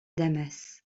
damas